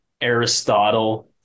Aristotle